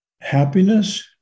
happiness